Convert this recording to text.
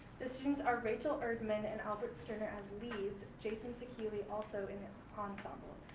the students are rachel erdmann and albert sterner as leads, jason sekili also in the ensemble.